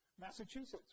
Massachusetts